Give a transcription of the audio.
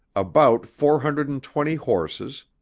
about four hundred and twenty horses,